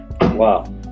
Wow